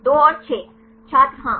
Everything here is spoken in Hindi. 2 और 6 छात्र हाँ